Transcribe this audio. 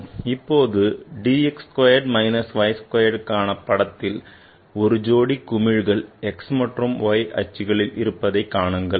இப்போது d x squared minus y squaredக்கான படத்தில் ஒரு ஜோடி குமிழ்கள் x மற்றும் y அச்சுகளில் இருப்பதை காணுங்கள்